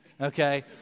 okay